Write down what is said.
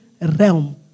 realm